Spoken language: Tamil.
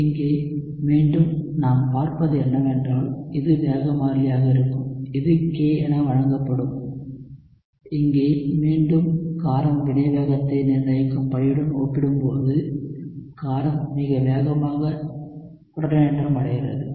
இங்கே மீண்டும் நாம் பார்ப்பது என்னவென்றால் இது வேகமாறிலியாக இருக்கும் இது k என வழங்கப்படும் இங்கே மீண்டும் காரம் வினைவேகத்தை நிர்ணயிக்கும் படியுடன் ஒப்பிடும்போது காரம் மிக வேகமாக புரோட்டானேற்றமடைகிறது